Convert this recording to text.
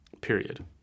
period